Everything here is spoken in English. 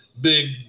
big